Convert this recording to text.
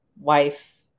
wife